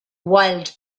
wild